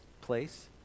place